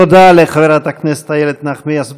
תודה לחברת הכנסת איילת נחמיאס ורבין.